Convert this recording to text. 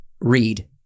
read